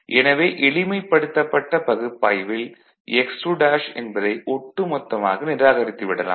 எனவே எளிமைப்படுத்தப்பட்ட பகுப்பாய்வில் x2 என்பதை ஒட்டுமொத்தமாக நிராகரித்து விடலாம்